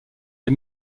des